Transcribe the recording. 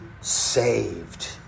saved